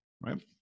right